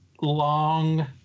long